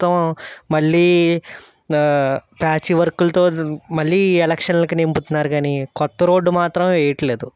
మొత్తం మళ్లీ ప్యాచ్ వర్క్ల్తో మళ్ళీ ఎలక్షన్లకి నింపుతున్నారు కానీ కొత్త రోడ్డు మాత్రం వేయట్లేదు